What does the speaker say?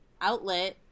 outlet